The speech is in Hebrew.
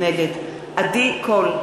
נגד עדי קול,